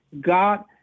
God